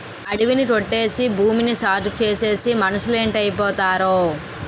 అడివి ని కొట్టేసి భూమిని సాగుచేసేసి మనుసులేటైపోతారో